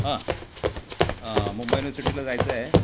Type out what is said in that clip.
हां हां मुंबई युनिव्हर्सिटीला जायचं आहे